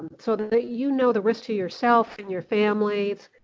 so that you know the risk to yourself and your family,